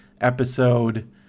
episode